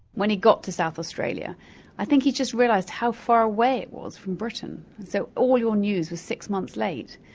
when he got to south australia i think he just realised how far away it was from britain and so all your news was six months late.